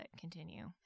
continue